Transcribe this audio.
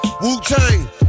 Wu-Tang